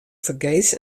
fergees